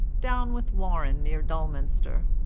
down with warren near dulminster.